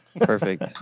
Perfect